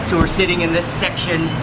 so we're sitting in this section.